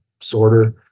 sorter